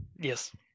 Yes